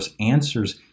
answers